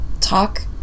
Talk